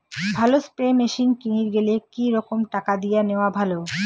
ভালো spray machine কিনির গেলে কি রকম টাকা দিয়া নেওয়া ভালো?